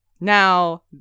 Now